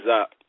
up